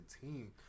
team